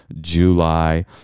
July